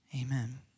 Amen